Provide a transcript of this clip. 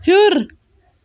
ہیوٚر